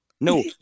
No